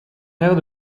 aire